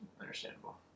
Understandable